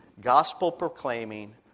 gospel-proclaiming